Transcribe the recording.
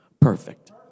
perfect